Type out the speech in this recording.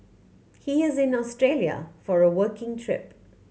he is in Australia for a working trip